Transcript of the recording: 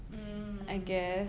mm